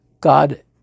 God